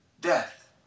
death